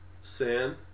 Sand